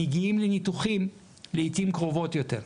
מגיעים לניתוחים לעתים קרובות יותר.